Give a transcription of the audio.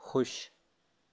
خوش